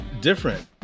different